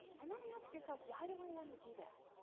and then ask yourself why do i want to do that?